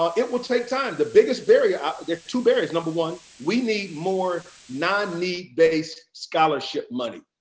um it will take time. the biggest barrier two barriers, number one, we need more non-need based scholarship money.